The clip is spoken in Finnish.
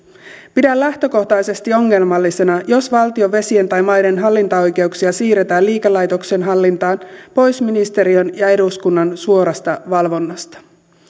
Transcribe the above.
pidän lähtökohtaisesti ongelmallisena jos valtion vesien tai maiden hallintaoikeuksia siirretään liikelaitoksen hallintaan pois ministeriön ja eduskunnan suorasta valvonnasta